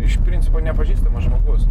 iš principo nepažįstamas žmogus